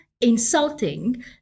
insulting